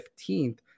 15th